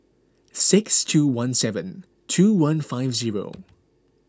six two one seven two one five zero